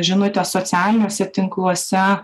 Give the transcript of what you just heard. žinutė socialiniuose tinkluose